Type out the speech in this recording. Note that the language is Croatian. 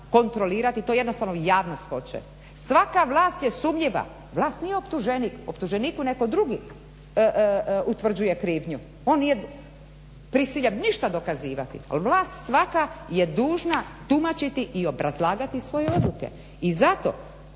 kontrolirati. To jednostavno javnost hoće. Svaka vlast je sumnjiva. Vlast nije optuženik, optuženiku netko drugi utvrđuje krivnju. On nije prisiljen ništa dokazivati, al vlast svaka je dužna tumačiti i obrazlagati svoje odluke i zato